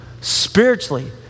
spiritually